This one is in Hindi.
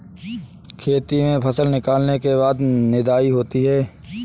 खेती में फसल निकलने के बाद निदाई होती हैं?